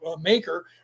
maker